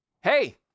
hey